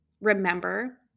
remember